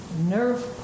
nerve